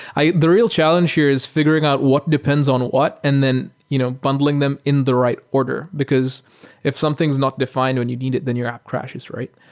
the real challenge here is figuring out what depends on what and then you know bundling them in the right order, because if something is not defined when you need it, then your app crashes, right?